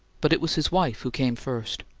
but it was his wife who came first.